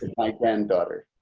and my granddaughter.